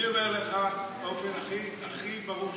אני אומר לך באופן הכי ברור שאפשר: